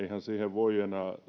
voi enää